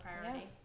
priority